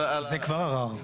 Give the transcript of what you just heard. זה כבר ערר.